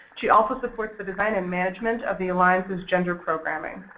she also supports the design and management of the alliance's gender program. and